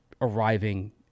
arriving